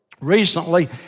Recently